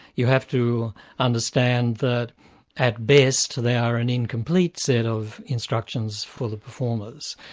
you have to understand that at best, they are an incomplete set of instructions for the performers,